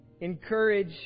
Encourage